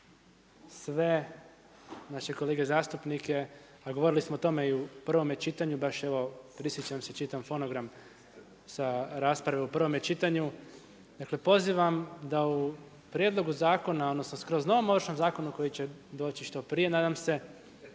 sve naše kolege zastupnike a govorili smo o tome i u prvome čitanju, baš evo prisjećam se, čitam fonogram sa rasprave u prvome čitanju, dakle pozivam da u prijedlogu zakona, odnosno skroz novom Ovršnom zakonu koji će doći što prije, nadam se,